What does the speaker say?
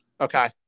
Okay